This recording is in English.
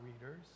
readers